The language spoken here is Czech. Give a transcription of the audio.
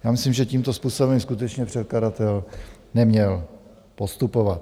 Já myslím, že tímto způsobem by skutečně předkladatel neměl postupovat.